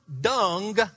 dung